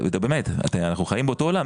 אנחנו חיים באותו עולם.